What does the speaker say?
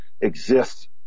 exists